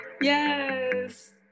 Yes